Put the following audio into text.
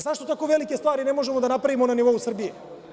Zašto tako velike stvari ne možemo da napravimo na nivou Srbije?